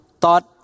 Thought